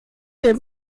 dem